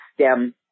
STEM